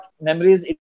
memories